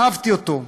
אהבתי אותו,